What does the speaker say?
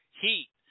heat